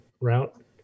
route